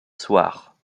soir